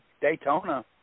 Daytona